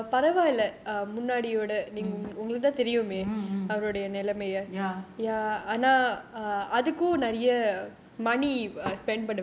mm mm mm ya